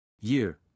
Year